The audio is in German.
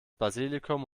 basilikum